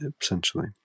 essentially